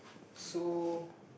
so